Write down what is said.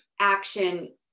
action